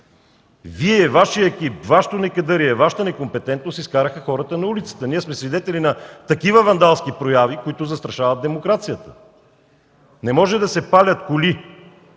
Вие, Вашият екип, Вашето некадърие, Вашата некомпетентност изкараха хората на улицата. Ние сме свидетели на такива вандалски прояви, които застрашават демокрацията. Не може да се палят коли,